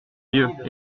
vieux